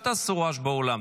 אל תעשו רעש באולם.